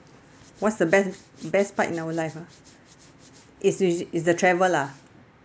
what's the best best part in our life ah is is is the travel lah